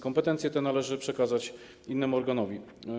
Kompetencje te należy przekazać innemu organowi.